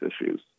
issues